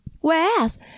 Whereas